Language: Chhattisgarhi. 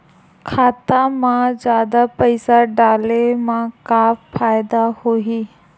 खाता मा जादा पईसा डाले मा का फ़ायदा होही?